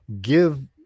Give